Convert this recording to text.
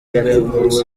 yavutse